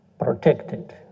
protected